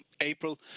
April